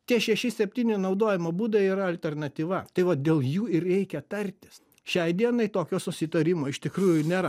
tie šeši septyni naudojimo būdai yra alternatyva tai va dėl jų ir reikia tartis šiai dienai tokio susitarimo iš tikrųjų nėra